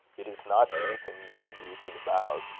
it is not anything you can do to the boughs,